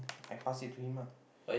I pass it to him lah